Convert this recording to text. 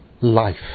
life